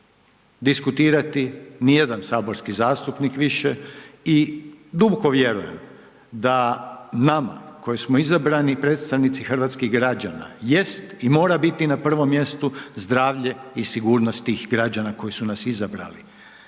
diskutirati nijedan saborski zastupnik više i dupko vjerujem da nama koji smo izabrani predstavnici hrvatskih građana jest i mora biti na prvom mjestu zdravlje i sigurnost tih građana koji su nas izabrali